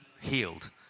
healed